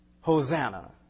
Hosanna